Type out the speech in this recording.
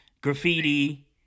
graffiti